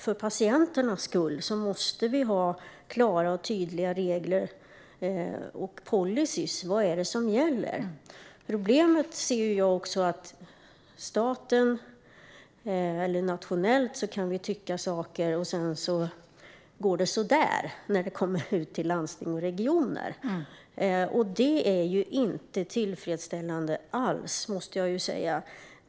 För patienternas skull måste vi ha klara och tydliga regler och policyer, så att man vet vad som gäller. Problemet, som jag ser det, är att det vi säger på nationell nivå inte alltid får genomslag i landsting och regioner. Det är inte alls tillfredsställande.